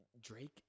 Drake